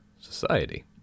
society